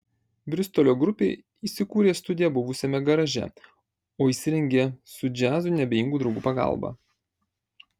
bristolio grupė įsikūrė studiją buvusiame garaže o įsirengė su džiazui neabejingų draugų pagalba